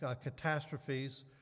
catastrophes